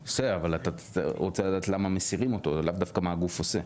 אתה רוצה לדעת למה מסירים אותו לאו דווקא מה הגוף עושה.